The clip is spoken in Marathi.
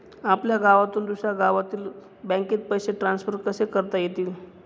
आपल्या गावातून दुसऱ्या गावातील बँकेत पैसे ट्रान्सफर कसे करता येतील?